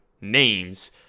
names